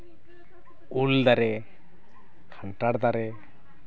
ᱩᱞ ᱫᱟᱨᱮ ᱠᱷᱟᱱᱴᱷᱟᱲ ᱫᱟᱨᱮ